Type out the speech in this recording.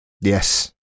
Yes